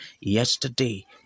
yesterday